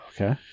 okay